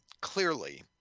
clearly